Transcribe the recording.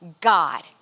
God